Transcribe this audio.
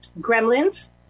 Gremlins